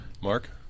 Mark